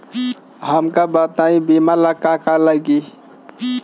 हमका बताई बीमा ला का का लागी?